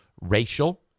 racial